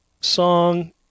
song